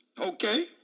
Okay